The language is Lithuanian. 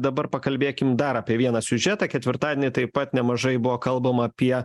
dabar pakalbėkim dar apie vieną siužetą ketvirtadienį taip pat nemažai buvo kalbama apie